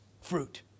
fruit